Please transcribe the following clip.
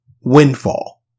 windfall